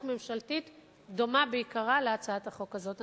ממשלתית דומה בעיקרה להצעת החוק הזאת.